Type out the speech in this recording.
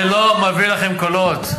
זה לא מביא לכם קולות.